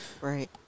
Right